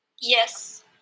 Yes